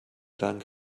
dank